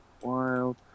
Wild